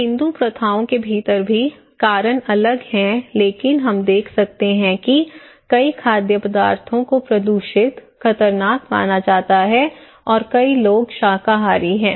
हिंदू प्रथाओं के भीतर भी कारण अलग हो सकता है लेकिन हम देख सकते हैं कि कई खाद्य पदार्थों को प्रदूषित खतरनाक माना जाता है और कई लोग शाकाहारी हैं